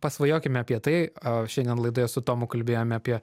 pasvajokime apie tai o šiandien laidoje su tomu kalbėjome apie